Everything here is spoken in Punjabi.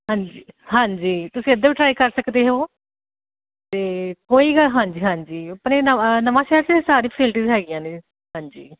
ਹਾਂਜੀ ਹਾਂਜੀ ਤੁਸੀਂ ਇੱਧਰ ਟਰਾਈ ਕਰ ਸਕਦੇ ਹੋ ਅਤੇ ਹੋਵੇਗਾ ਹਾਂਜੀ ਹਾਂਜੀ ਆਪਣੇ ਨਵ ਨਵਾਂ ਸ਼ਹਿਚ ਚੇ ਸਾਰੀ ਫੈਸੀਲੀਟਿਸ ਹੈਗੀਆਂ ਨੇ ਹਾਂਜੀ